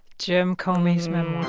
jim comey's memoir